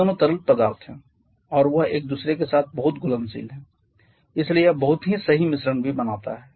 वे दोनों तरल पदार्थ हैं और वह एक दूसरे के साथ बहुत घुलनशील है इसलिए यह बहुत ही सही मिश्रण भी बनाता है